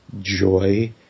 joy